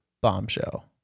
bombshell